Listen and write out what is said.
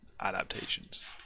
adaptations